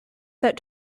that